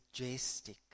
majestic